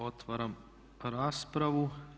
Otvaram raspravu.